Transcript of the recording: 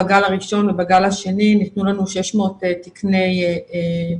בגל הראשון ובגל השני ניתנו לנו 600 תקני רופאים,